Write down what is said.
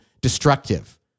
destructive